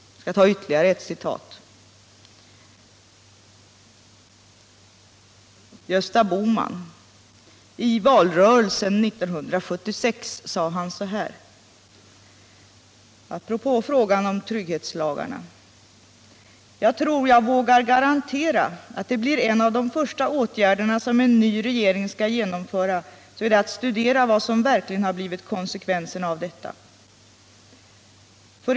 Gösta Bohman sade i valrörelsen 1976 apropå frågan om trygghetslagarna: Jag tror jag vågar garantera att en av de första åtgärderna som en ny regering skall genomföra är att studera vad som verkligen har blivit konsekvenserna av detta.